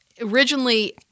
originally